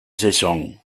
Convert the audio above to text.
saison